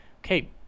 okay